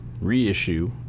reissue